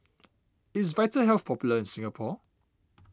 is Vitahealth popular in Singapore